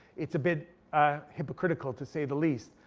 it's a bit hypocritical to say the least,